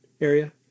area